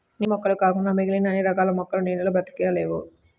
నీటి మొక్కలు కాకుండా మిగిలిన అన్ని రకాల మొక్కలు నీళ్ళల్లో బ్రతకలేవు